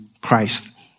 Christ